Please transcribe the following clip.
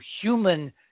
human